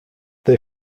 they